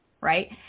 right